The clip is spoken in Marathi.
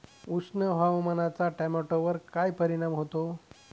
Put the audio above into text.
उष्ण हवामानाचा टोमॅटोवर काय परिणाम होतो?